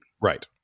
Right